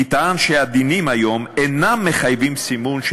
נטען שהדינים היום אינם מחייבים סימון של